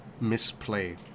misplay